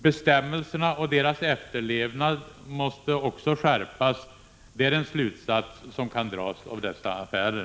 Bestämmelserna och deras efterlevnad måste skärpas — det är en slutsats som kan dras av dessa affärer.